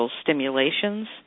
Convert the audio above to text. stimulations